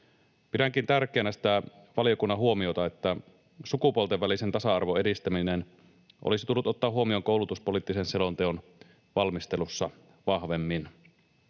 Pidänkin tärkeänä sitä valiokunnan huomiota, että sukupuolten välisen tasa-arvon edistäminen olisi tullut ottaa huomioon koulutuspoliittisen selonteon valmistelussa vahvemmin.